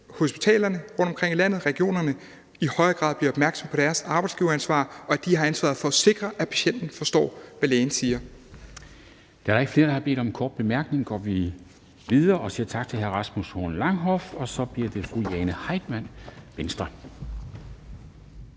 at hospitalerne rundtomkring i landet, regionerne, i højere grad bliver opmærksomme på deres arbejdsgiveransvar, og at de har ansvaret for at sikre, at patienten forstår, hvad lægen siger.